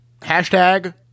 Hashtag